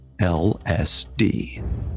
LSD